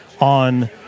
on